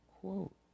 quote